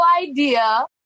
idea